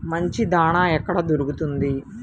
మంచి దాణా ఎక్కడ దొరుకుతుంది?